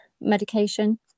medication